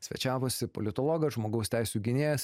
svečiavosi politologas žmogaus teisių gynėjas